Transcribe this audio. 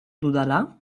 dudala